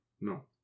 No